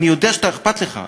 אני יודע שאתה, אכפת לך.